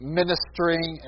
ministering